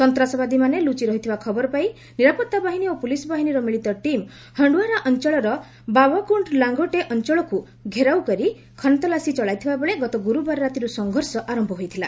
ସସ୍ତାସବାଦୀମାନେ ଲୁଚି ରହିଥିବା ଖବର ପାଇଁ ନିରାପତ୍ତା ବାହିନୀ ଓ ପୁଲିସ୍ ବାହିନୀର ମିଳିତ ଟିମ୍ ହଣ୍ଡୱାରା ଅଞ୍ଚଳର ବାବାଗୁଣ୍ଡ୍ ଲାଙ୍ଗାଟେ ଅଞ୍ଚଳକୁ ଘେରାଉ କରି ଖାନତଲାସୀ ଚଳାଇଥିଲାବେଳେ ଗତ ଗୁରୁବାର ରାତିରୁ ସଂଘର୍ଷ ଆରମ୍ଭ ହୋଇଥିଲା